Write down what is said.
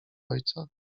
ojca